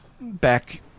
back